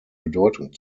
bedeutung